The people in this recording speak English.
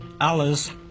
Alice